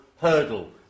hurdle